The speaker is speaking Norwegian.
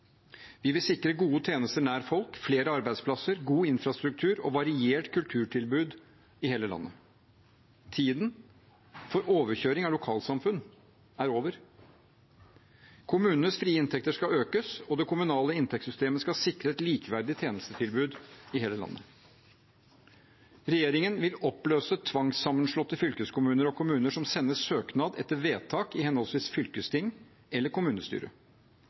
Vi vil sikre gode tjenester nær folk, flere arbeidsplasser, god infrastruktur og variert kulturtilbud i hele landet. Tiden for overkjøring av lokalsamfunn er over. Kommunenes frie inntekter skal økes, og det kommunale inntektssystemet skal sikre et likeverdig tjenestetilbud i hele landet. Regjeringen vil oppløse tvangssammenslåtte fylkeskommuner og kommuner som sender søknad etter vedtak i henholdsvis fylkesting eller kommunestyre.